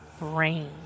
brain